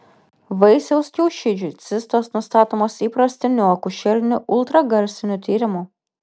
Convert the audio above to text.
vaisiaus kiaušidžių cistos nustatomos įprastiniu akušeriniu ultragarsiniu tyrimu